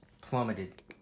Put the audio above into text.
plummeted